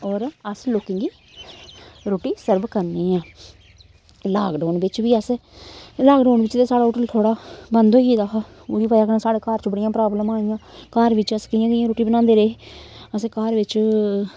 होर अस लोकें गी रुट्टी सर्व करने आं लाकडाउन बिच्च बी अस लााकडाउन बिच्च ते साढ़ा होटल थोह्ड़ा बंद होई गेदा हा ओह्दी ब'जा कन्नै साढ़े घर च बड़ियां प्रब्लमां आइयां घर बिच्च अस कि'यां कि'यां रुट्टी बनांदे रेह् असें घर बिच्च